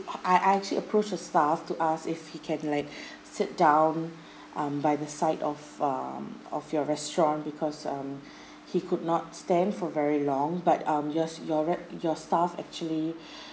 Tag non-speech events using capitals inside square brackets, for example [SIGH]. I I actually approached a staff to ask if he can like [BREATH] sit down um by the side of um of your restaurant because um he could not stand for very long but um your s~ your rep~ your staff actually [BREATH]